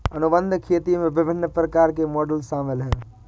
अनुबंध खेती में विभिन्न प्रकार के मॉडल शामिल हैं